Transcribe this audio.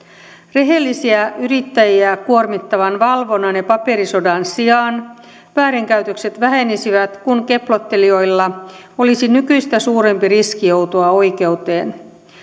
rehellisiä yrittäjiä kuormittavan valvonnan ja paperisodan sijaan väärinkäytökset vähenisivät kun keplottelijoilla olisi nykyistä suurempi riski joutua oikeuteen